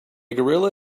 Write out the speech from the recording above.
gorilla